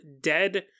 Dead